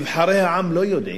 נבחרי העם לא יודעים,